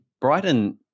Brighton